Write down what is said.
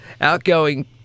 outgoing